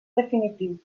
definitiu